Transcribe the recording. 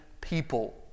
people